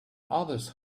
others